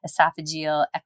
esophageal